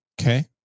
Okay